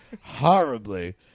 horribly